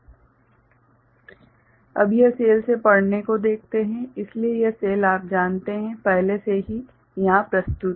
slide समय देखें 1123 अब हम सेल से पढ़ने को देखते हैं इसलिए यह सेल आप जानते हैं पहले से ही है यहाँ प्रस्तुत है